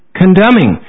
condemning